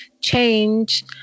change